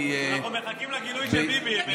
לא אנרכיסטים, אנחנו מחכים לגינוי של ביבי.